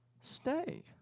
stay